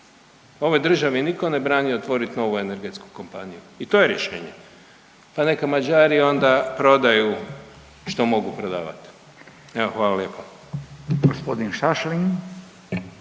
ovoj državi nitko ne brani otvorit novu energetsku kompaniju i to je rješenje, pa neka Mađari onda prodaju što mogu prodavat, evo hvala lijepo.